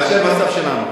מאשר המצב שלנו,